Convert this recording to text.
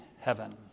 heaven